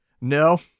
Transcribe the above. No